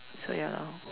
so ya lor